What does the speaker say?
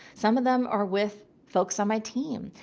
some of them are with folks on my team,